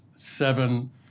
Seven